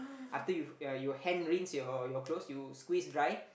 after you ya you hand rinse your your clothes you squeeze dry